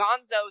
Gonzo's